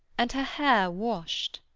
and her hair washed.